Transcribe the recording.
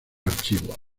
archivos